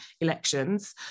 elections